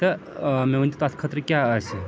تہٕ مےٚ ؤنۍتو تَتھ خٲطرٕ کیٛاہ آسہِ